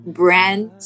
brand